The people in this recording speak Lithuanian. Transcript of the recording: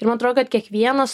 ir man atrodo kad kiekvienas